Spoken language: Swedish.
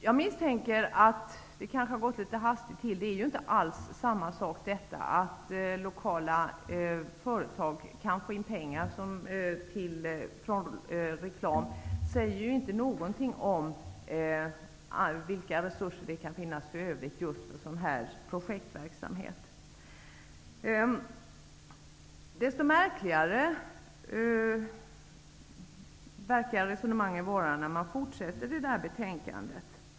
Jag misstänker att det hela gått litet hastigt till. Att lokala företag kan få in pengar via reklam säger ju inte något om vilka resurser i övrigt som kan finnas för just sådan här projektverksamhet. Ännu märkligare verkar resonemanget bli litet längre fram i betänkandet.